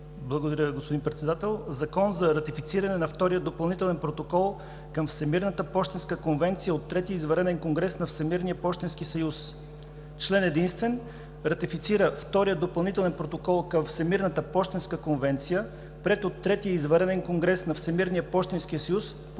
Благодаря, господин Председател. „ЗАКОН за ратифициране на Втория допълнителен протокол към Всемирната пощенска конвенция от третия извънреден конгрес на Всемирния пощенски съюз Член единствен. Ратифицира Втория допълнителен протокол към Всемирната пощенска конвенция, приет от третия извънреден конгрес на Всемирния пощенски съюз,